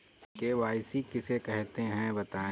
KYC किसे कहते हैं बताएँ?